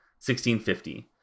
1650